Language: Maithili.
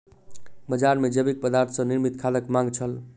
बजार मे जैविक पदार्थ सॅ निर्मित खादक मांग छल